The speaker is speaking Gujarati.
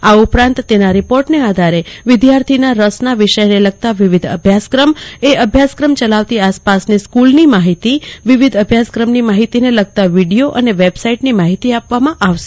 આ ઉપરાંત તેના રીપોર્ટને આધારે વિદ્યાર્થીના રસના વિષયને લગતા વિવિધ અભ્યાસક્રમ એ અભ્યાસક્રમ ચલાવતી આસપાસની સ્ક્રલની માહિતી વિવિધ અભ્યાસક્રમની માહિતી ને લગતા વિડીદ્યો અને વેબસાઈટની માહિતી આપવામાં આવશે